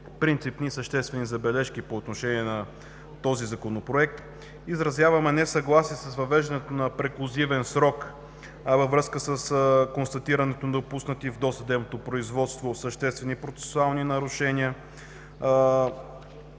принципни и съществени забележки по отношение на този Законопроект. Изразяваме несъгласие с въвеждането на преклузивен срок във връзка с констатирането на допуснати съществени процесуални нарушения